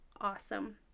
awesome